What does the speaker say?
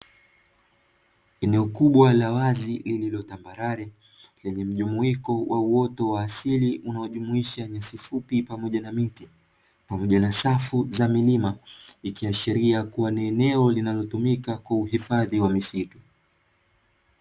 Eneo kubwa tambalale lililoasili yenye mjumuiko wa asili unaojumuisha nyasi fupi na miti pamoja na safu za milima ikiashiria kuwa ni eneo linalotumika kwa uhifadhi wa misitu.